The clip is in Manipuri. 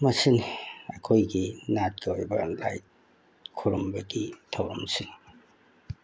ꯃꯁꯤꯅꯤ ꯑꯩꯈꯣꯏꯒꯤ ꯅꯥꯠꯀꯤ ꯑꯣꯏꯕ ꯂꯥꯏ ꯈꯨꯔꯨꯝꯕꯒꯤ ꯊꯧꯔꯝꯁꯤꯡ